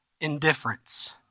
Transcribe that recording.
indifference